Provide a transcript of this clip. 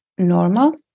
normal